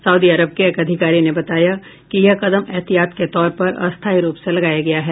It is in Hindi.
सऊदी अरब के एक अधिकारी ने बताया कि यह कदम एहतियात के तौर पर अस्थायी रूप से उठाया गया है